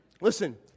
Listen